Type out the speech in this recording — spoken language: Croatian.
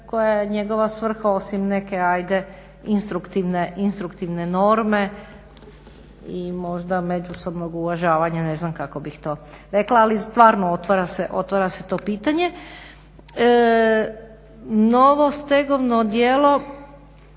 koja je njegova svrha osim neke ajde instruktivne norme i možda međusobnog uvažavanja ne znam kako bih to rekla. Ali stvarno otvara se to pitanje. Novo stegovno djelo